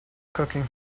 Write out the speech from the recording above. cooking